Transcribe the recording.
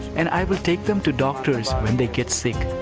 and i will take them to doctors when they get sick.